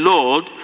Lord